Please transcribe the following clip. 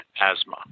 asthma